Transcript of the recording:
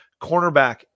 cornerback